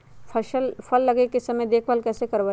फल लगे के समय देखभाल कैसे करवाई?